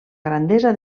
grandesa